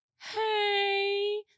hey